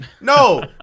No